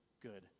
good